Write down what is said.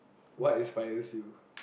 what inspires you